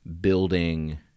building